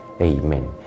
Amen